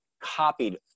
copied